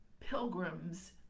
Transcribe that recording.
pilgrims